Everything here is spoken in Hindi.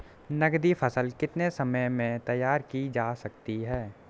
नगदी फसल कितने समय में तैयार की जा सकती है?